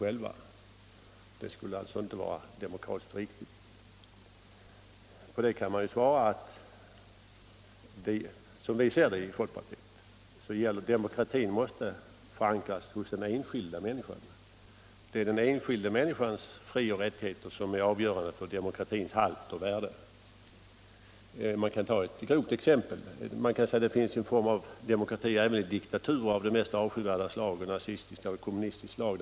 Som vi ser det i folkpartiet måste demokratin förankras hos den enskilda människan. Det är den enskilda människans frioch rättigheter som är avgörande för demokratins halt och värde. Låt mig ta ett grovt exempel. Man kan säga att det finns en form av demokrati även i diktaturer av de mest avskyvärda slag, av nazistiskt eller kommunistiskt slag.